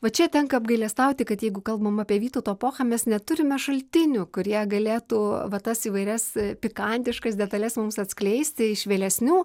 va čia tenka apgailestauti kad jeigu kalbam apie vytauto epochą mes neturime šaltinių kurie galėtų va tas įvairias pikantiškas detales mums atskleisti iš vėlesnių